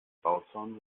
bauzaun